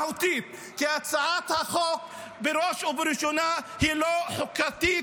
כי הצעת החוק בראש ובראשונה לא חוקתית,